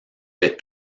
des